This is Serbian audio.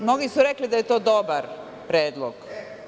Mnogi su rekli da je to dobar predlog.